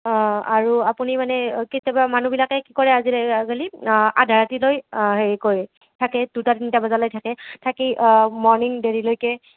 অঁ আৰু আপুনি মানে কেতিয়াবা মানুহবিলাকে কি কৰে আজিকালি আধা ৰাতি হেৰি কৰি থাকে দুটা তিনিটা বজালৈ থাকে থাকি মৰ্নিং দেৰিলৈকে